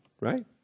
right